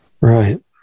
Right